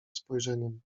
spojrzeniem